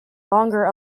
longer